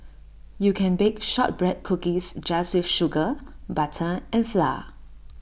you can bake Shortbread Cookies just with sugar butter and flour